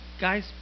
guys